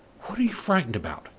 what are you frightened about?